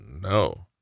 no